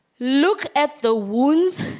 look at the war has